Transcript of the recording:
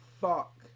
fuck